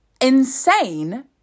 insane